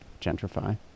gentrify